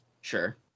Sure